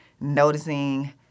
noticing